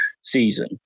season